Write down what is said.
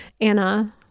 Anna